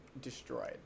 destroyed